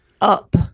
up